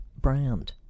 brand